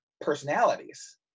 personalities